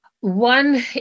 One